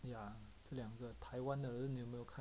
ya 这两个台湾的你有没有看